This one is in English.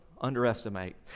underestimate